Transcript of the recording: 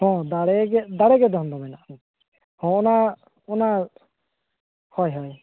ᱦᱚᱸ ᱫᱟᱲᱮᱜᱮ ᱫᱟᱲᱮᱜᱮ ᱫᱷᱚᱱ ᱫᱚ ᱢᱮᱱᱟᱜᱼᱟ ᱦᱚᱸ ᱦᱚᱸ ᱚᱱᱟ ᱚᱱᱟ ᱦᱳᱭ ᱦᱳᱭ